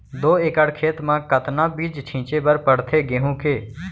दो एकड़ खेत म कतना बीज छिंचे बर पड़थे गेहूँ के?